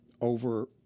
over